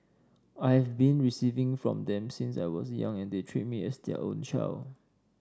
I have been receiving from them since I was young and they treat me as their own child